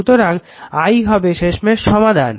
সুতরাং i হবে শেষমেশ সমাধান